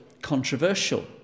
controversial